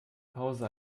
pause